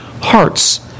hearts